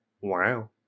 Wow